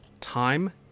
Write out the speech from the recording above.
Time